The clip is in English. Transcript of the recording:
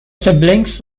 siblings